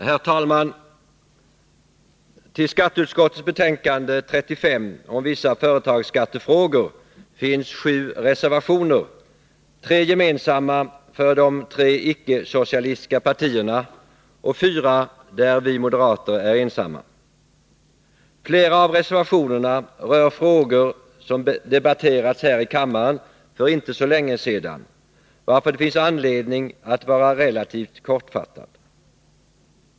Herr talman! Till skatteutskottets betänkande 35 om vissa företagsskattefrågor finns sju reservationer — tre gemensamma för de tre icke-socialistiska partierna och fyra där vi moderater är ensamma. Flera av reservationerna rör frågor som debatterats här i kammaren för inte så länge sedan, varför det finns anledning att vara relativt kortfattad.